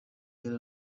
yari